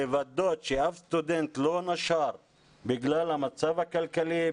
לוודא שאף סטודנט לא נשר בגלל המצב הכלכלי,